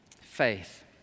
Faith